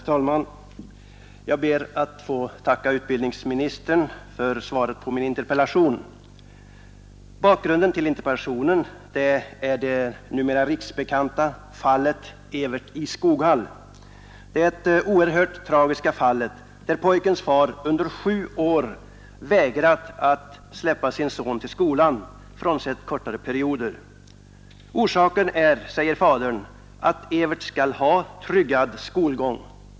Herr talman! Jag ber att få tacka utbildningsministern för svaret på min interpellation. Bakgrunden till interpellationen är det numera riksbekanta fallet Evert i Skoghall, det oerhört tragiska fall där fadern till en pojke under en tid av sju år frånsett kortare perioder vägrat släppa sin son till skolan. Orsaken härtill är, säger fadern, att Evert skall ha en tryggad skolgång.